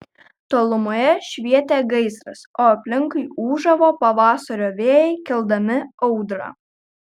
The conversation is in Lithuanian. tolumoje švietė gaisras o aplinkui ūžavo pavasario vėjai keldami audrą